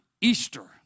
Easter